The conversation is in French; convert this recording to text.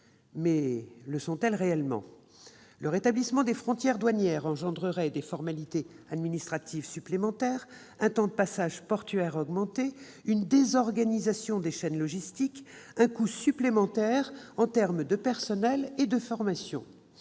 Mais sont-elles réellement prêtes ? Le rétablissement des frontières douanières engendrerait des formalités administratives supplémentaires, un temps de passage portuaire accru, une désorganisation des chaînes logistiques et un coût supplémentaire, qu'il s'agisse du personnel ou de la formation.